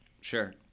Sure